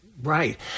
Right